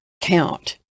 count